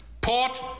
Port